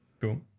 Cool